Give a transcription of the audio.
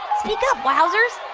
speak up, wowzers